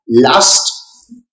Last